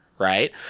right